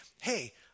hey